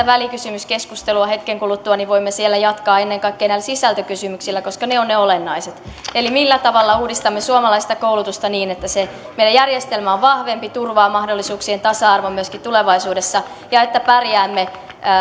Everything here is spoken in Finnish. välikysymyskeskustelua hetken kuluttua niin voimme siellä jatkaa ennen kaikkea näillä sisältökysymyksillä koska ne ovat ne olennaiset eli millä tavalla uudistamme suomalaista koulutusta niin että se meidän järjestelmämme on vahvempi turvaa mahdollisuuksien tasa arvon myöskin tulevaisuudessa ja että pärjäämme